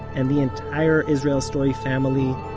and the entire israel story family,